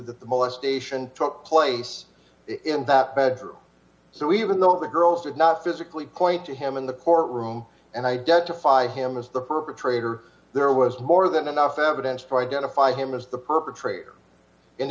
molestation took place in that bedroom so even though the girls did not physically claim to him in the courtroom and identify him as the perpetrator there was more than enough evidence to identify him as the perpetrator in